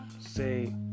say